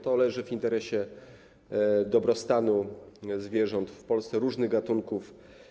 To leży w interesie dobrostanu zwierząt w Polsce, różnych gatunków.